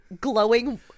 glowing